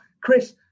Chris